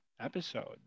episode